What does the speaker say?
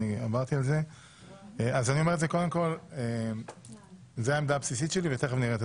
אני אומר שזו העמדה הבסיסית שלי ותכף נראה.